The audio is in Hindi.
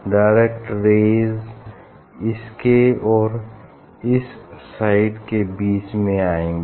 डायरेक्ट रेज़ इसके और इस साइड के बीच में आएंगी